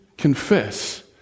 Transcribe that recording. confess